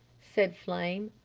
said flame.